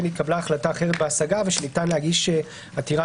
התקבלה החלטה אחרת בהשגה ושניתן להגיש עתירה